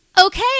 Okay